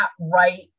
right